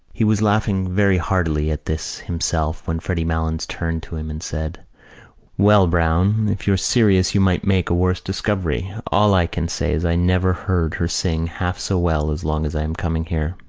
he was laughing very heartily at this himself when freddy malins turned to him and said well, browne, if you're serious you might make a worse discovery. all i can say is i never heard her sing half so well as long as i am coming here.